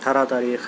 اٹھارہ تاریخ